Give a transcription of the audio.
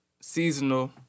seasonal